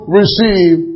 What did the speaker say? receive